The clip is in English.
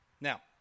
Now